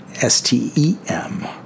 S-T-E-M